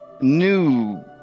new